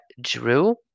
Drew